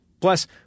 Plus